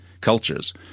cultures